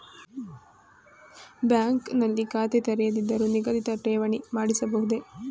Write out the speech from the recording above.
Bank ನಲ್ಲಿ ಖಾತೆ ತೆರೆಯದಿದ್ದರೂ ನಿಗದಿತ ಠೇವಣಿ ಮಾಡಿಸಬಹುದೇ?